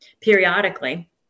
periodically